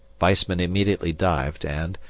weissman immediately dived and,